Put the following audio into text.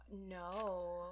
No